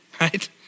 right